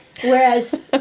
Whereas